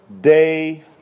Day